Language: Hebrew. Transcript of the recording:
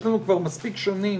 יש לנו מספיק שנים